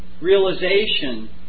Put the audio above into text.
realization